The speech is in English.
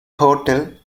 hotel